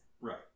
Right